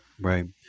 right